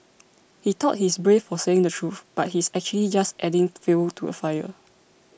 he thought he's brave for saying the truth but he's actually just adding fuel to the fire